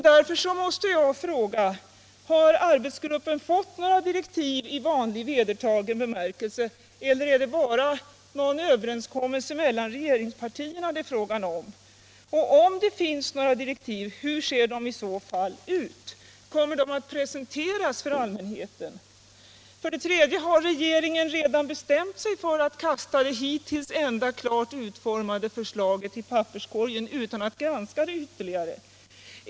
Därför måste jag fråga: Har arbetsgruppen fått några direktiv i vedertagen bemärkelse eller är det bara någon överenskommelse mellan regeringspartierna det är fråga om? Och om det finns några direktiv, hur ser de i så fall ut? Kommer de att presenteras för allmänheten? Har regeringen redan bestämt sig för att kasta det hittills enda klart utformade förslaget i papperskorgen utan att granska det ytterligare?